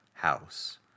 house